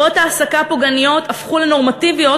צורות העסקה פוגעניות הפכו לנורמטיביות,